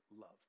love